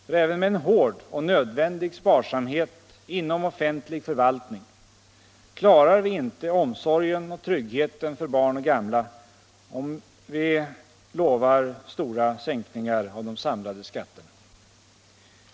För även med en hård och nödvändig sparsamhet inom offentlig förvaltning klarar vi inte omsorgen och tryggheten för barn och gamla om vi lovar stora sänkningar av de samlade skatterna.